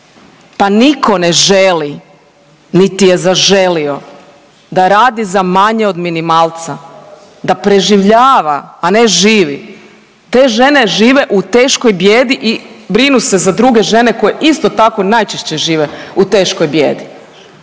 Pa nitko ne želi, niti je zaželio da radi za manje od minimalca, da preživljava a ne živi. Te žene žive u teškoj bijedi i brinu se za druge žene koje isto tako najčešće žive u teškoj bijedi.